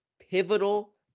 pivotal